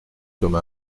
comme